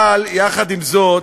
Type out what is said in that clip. אבל יחד עם זאת,